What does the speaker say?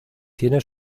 tiene